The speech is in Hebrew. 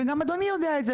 וגם אדוני יודע את זה,